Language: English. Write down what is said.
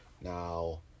now